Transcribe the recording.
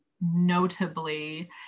notably